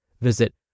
Visit